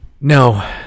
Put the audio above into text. no